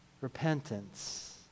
repentance